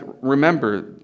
remember